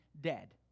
dead